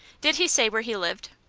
did he say where he lived?